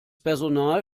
personal